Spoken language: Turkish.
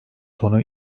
tonu